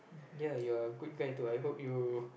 ya you're a good guy too I hope you